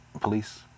Police